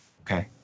okay